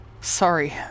Sorry